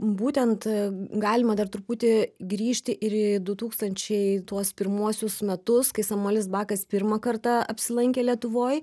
būtent galima dar truputį grįžti ir į du tūkstančiai tuos pirmuosius metus kai samuelis bakas pirmą kartą apsilankė lietuvoj